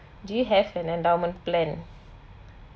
do you have an endowment plan